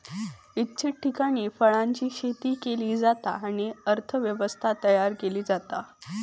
इच्छित ठिकाणी फळांची शेती केली जाता आणि अर्थ व्यवस्था तयार केली जाता